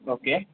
okay